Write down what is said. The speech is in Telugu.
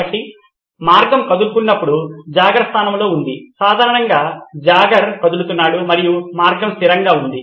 కాబట్టి మార్గం కదులుతున్నప్పుడు జాగర్ స్థానంలో ఉంది సాధారణంగా జాగర్ కదులుతుంది మరియు మార్గం స్థిరంగా ఉంటుంది